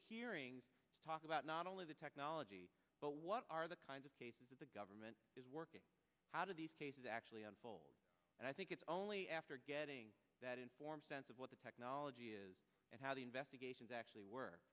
to talk about not only the technology but what are the kinds of cases that the government is working out of these cases actually unfold and i think it's only after getting that inform sense of what the technology is and how the investigations actually w